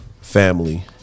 Family